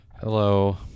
hello